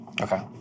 Okay